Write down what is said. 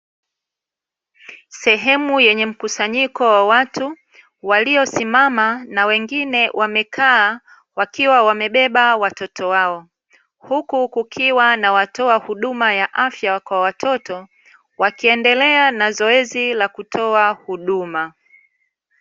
Sehemu yenye mkusanyiko wa watu, waliosimama na wengine wamekaa wakiwa wamebeba watoto wao. Huku kukiwa na watoa huduma ya afya kwa watoto, wakiendelea na zoezi la kutoa huduma.